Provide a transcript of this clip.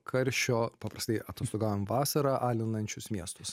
karšio paprastai atostogaujam vasarą alinančius miestus